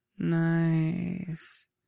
Nice